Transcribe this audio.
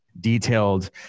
detailed